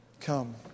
Come